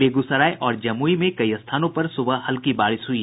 बेगूसराय और जमुई में कई स्थानों पर सुबह हल्की बारिश हुई